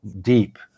deep